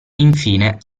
infine